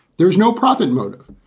there's no profit motive.